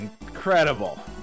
incredible